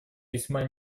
весьма